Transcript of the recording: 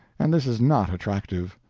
and this is not attractive.